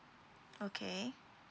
okay